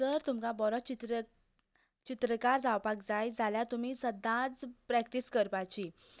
जर तुमकां बरो चित्र चित्रकार जावपाक जाय जाल्यार तुमी सदांच प्रेक्टीस करपाची